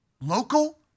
local